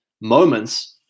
moments